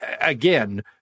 again